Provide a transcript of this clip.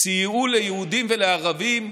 סייעו ליהודים ולערבים,